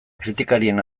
kritikarien